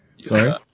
Sorry